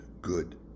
good